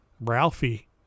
Ralphie